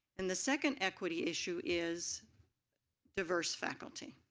and the second equity issue is diverse faculty.